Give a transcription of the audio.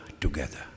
together